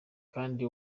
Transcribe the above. kandi